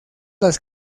las